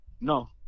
No